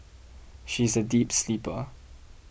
she is a deep sleeper